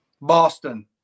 Boston